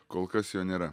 kol kas jo nėra